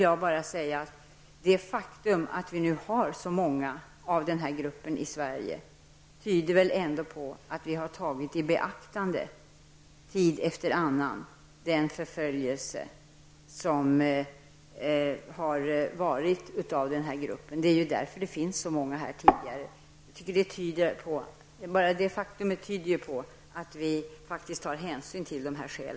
Jag menar dessutom att det faktum att vi nu har så många människor från denna grupp i Sverige ändå tyder på att vi tid efter annan har tagit i beaktande den förföljelse som har skett gentemot gruppen i fråga. Det är ju av den anledningen det sedan tidigare finns så många av dem här. Bara detta faktum tyder enligt min mening på att vi faktiskt tar hänsyn även till dessa skäl.